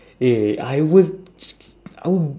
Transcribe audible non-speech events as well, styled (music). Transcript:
eh I will (noise) I will